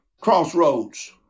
Crossroads